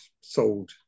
sold